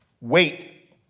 wait